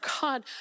God